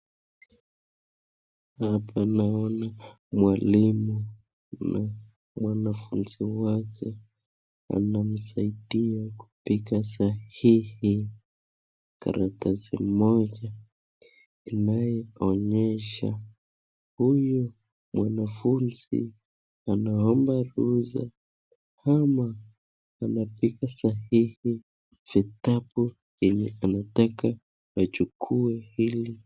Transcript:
Hapa naona mwalimu na mwanafunzi wake, anamsaidia kupiga sahihi karatasi moja inayoonyesha huyu mwanafunzi anaomba ruhusa ama anapiga sahihi vitabu yenye anataka achukue ili...